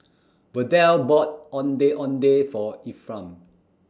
Verdell bought Ondeh Ondeh For Ephram